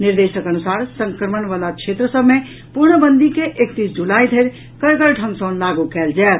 निर्देशक अनुसार संक्रमण वला क्षेत्र सभ मे पूर्णबंदी के एकतीस जुलाई धरि कड़गर ढंग सँ लागू कयल जायत